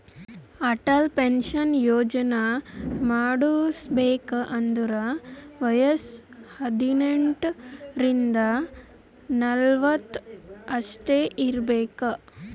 Atal pension ಯೋಜನಾ ಮಾಡುಸ್ಬೇಕ್ ಅಂದುರ್ ವಯಸ್ಸ ಹದಿನೆಂಟ ರಿಂದ ನಲ್ವತ್ ಅಷ್ಟೇ ಇರ್ಬೇಕ್